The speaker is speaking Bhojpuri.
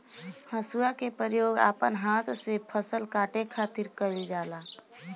हसुआ के प्रयोग अपना हाथ से फसल के काटे खातिर कईल जाला